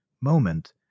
moment